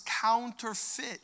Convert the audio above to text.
counterfeit